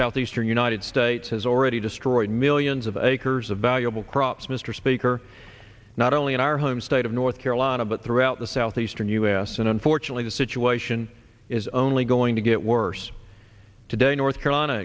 southeastern united states has already destroyed millions of acres of valuable crops mr speaker not only in our home state of north carolina but throughout the southeastern u s and unfortunately the situation is only going to get worse today north carolina